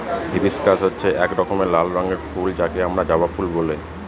hibiscus হচ্ছে এক রকমের লাল রঙের ফুল যাকে আমরা জবা ফুল বলে